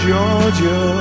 Georgia